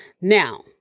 Now